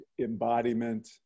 embodiment